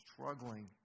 struggling